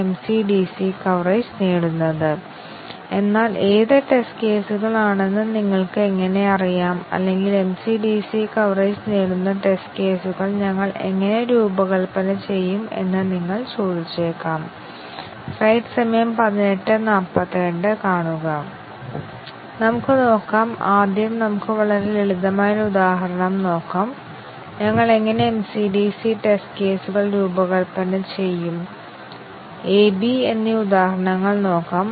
ഞങ്ങൾക്ക് ആ ആപ്ലിക്കേഷനുകൾ പരീക്ഷിക്കേണ്ടിവന്നാൽ ഒരു എക്സ്പ്രഷൻ പരിശോധിക്കുന്നതിന് ഞങ്ങൾക്ക് ഒന്നിലധികം കണ്ടീഷൻ കവറേജ് 220 ടെസ്റ്റ് കേസുകൾ അല്ലെങ്കിൽ 230 ടെസ്റ്റ് കേസുകൾ ആവശ്യമാണെങ്കിൽ ഒരു പ്രോഗ്രാമിൽ അത്തരം ഡസൻ കണക്കിന് എക്സ്പ്രഷനുകൾ ഉണ്ടാകാം